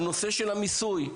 הנושא של המיסוי,